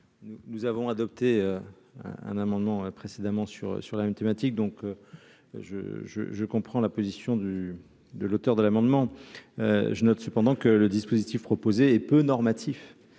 Nous avons adopté un amendement précédemment sur sur la même thématique, donc je, je, je comprends la position du de l'auteur de l'amendement, je note cependant que le dispositif proposé et peu normatif,